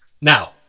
Now